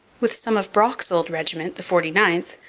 with some of brock's old regiment, the forty ninth,